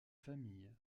familles